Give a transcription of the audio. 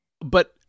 But-